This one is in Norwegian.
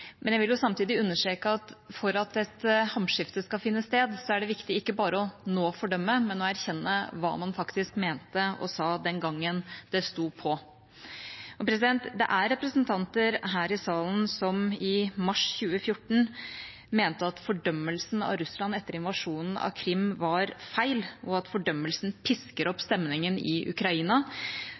Men jeg vil samtidig understreke at for at et hamskifte skal finne sted, er det viktig ikke bare nå å fordømme, men å erkjenne hva man faktisk mente og sa den gangen det sto på. Det er representanter her i salen som i mars 2014 mente at fordømmelsen av Russland etter invasjonen av Krim var feil, at fordømmelsen pisket opp stemningen i Ukraina,